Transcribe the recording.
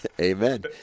amen